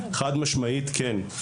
חד-משמעית כן.